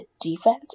defense